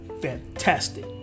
fantastic